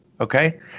Okay